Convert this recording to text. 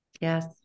yes